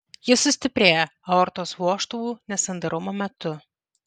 ji sustiprėja aortos vožtuvų nesandarumo metu